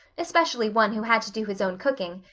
especially one who had to do his own cooking,